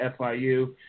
FIU